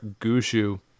Gushu